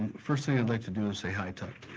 first thing i'd like to do is say hi, tuck.